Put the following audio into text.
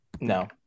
no